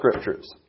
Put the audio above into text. Scriptures